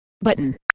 Button